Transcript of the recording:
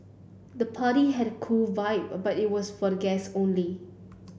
the party had a cool vibe but it was for the guest only